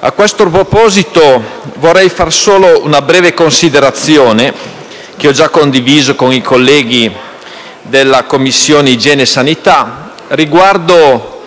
A questo proposito vorrei svolgere solo una breve considerazione, che ho già condiviso con i colleghi della Commissione igiene e sanità, riguardo